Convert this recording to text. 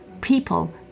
people